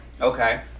Okay